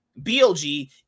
BLG